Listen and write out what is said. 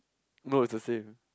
no it's the same